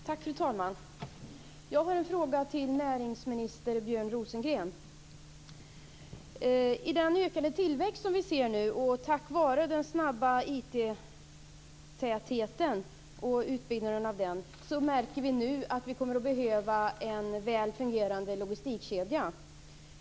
Fru talman! Jag har en fråga till näringsminister I den ökande tillväxt som vi ser nu och tack vare den snabba IT-tätheten och utbyggnaden av den märker vi nu att vi kommer att behöva en väl fungerande logistikkedja.